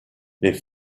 les